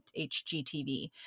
HGTV